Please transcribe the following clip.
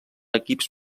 equips